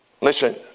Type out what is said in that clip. Listen